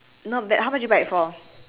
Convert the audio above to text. not bad how much you buy it for